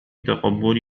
تقبل